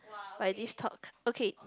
by this talk okay